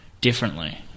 differently